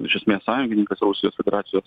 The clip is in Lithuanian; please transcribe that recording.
iš esmės sąjungininkas rusijos federacijos